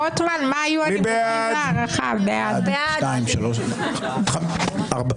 23,501 עד 23,520. מי בעד?